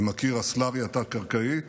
עם הקיר הסלארי התת-קרקעי,